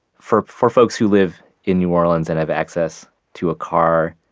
for for folks who live in new orleans and have access to a car,